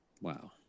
Wow